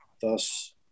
thus –